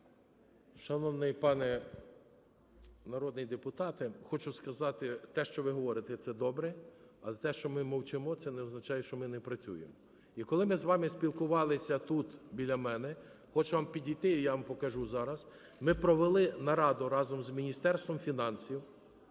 Шановний пане народний депутат, хочу сказати, те, що ви говорите, це добре, але те, що ми мовчимо, це не означає, що ми не працюємо. І коли ми з вами спілкувалися тут біля мене, хочете підійти, і я вам покажу зараз, ми провели нараду разом з Міністерством фінансів…